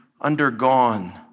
undergone